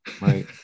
right